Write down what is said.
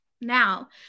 Now